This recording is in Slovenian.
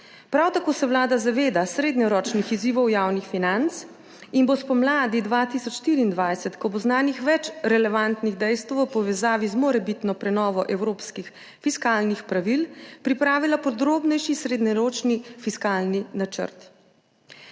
Prav tako se Vlada zaveda srednjeročnih izzivov javnih financ in bo spomladi 2024, ko bo znanih več relevantnih dejstev v povezavi z morebitno prenovo evropskih fiskalnih pravil, pripravila podrobnejši srednjeročni fiskalni načrt.